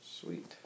sweet